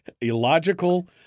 illogical